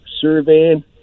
surveying